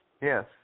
Yes